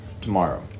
tomorrow